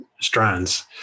strands